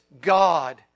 God